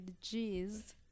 G's